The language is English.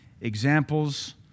examples